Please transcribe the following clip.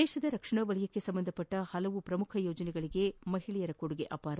ದೇಶದ ರಕ್ಷಣಾ ವಲಯಕ್ಕೆ ಸಂಬಂಧಿಸಿದ ಹಲವಾರು ಪ್ರಮುಖ ಯೋಜನೆಗಳಿಗೆ ಅವರ ಕೊಡುಗೆ ಅಪಾರ